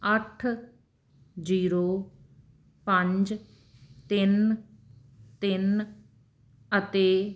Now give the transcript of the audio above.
ਅੱਠ ਜੀਰੋ ਪੰਜ ਤਿੰਨ ਤਿੰਨ ਅਤੇ